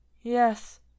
Yes